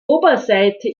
oberseite